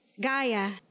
Gaia